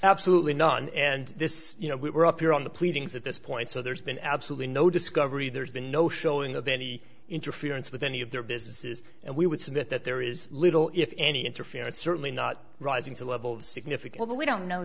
absolutely none and this you know we were up here on the pleadings at this point so there's been absolutely no discovery there's been no showing of any interference with any of their businesses and we would submit that there is little if any interference certainly not rising to the level of significance but we don't know